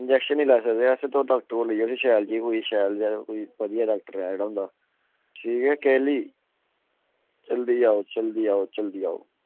injection नी लाई सकदे अस ते तुस डाक्टरे दै लेी जाओ शैल जेहै कोई शैल जा बदियै डाक्टर जेह्ड़ा होंदा ठीक ऐ कैें नीं जल्दी आओ जल्दी आओ